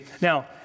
Now